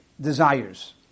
desires